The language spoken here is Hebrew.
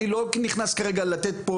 אני לא נכנס כרגע לתת פה